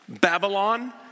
Babylon